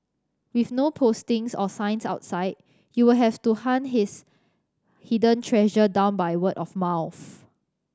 with no postings or signs outside you will have to hunt this hidden treasure down by word of mouth